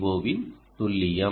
ஓ வின் துல்லியம்